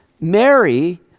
Mary